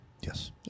Yes